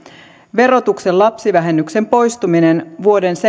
verotuksen lapsivähennyksen poistuminen vuoden seitsemäntoista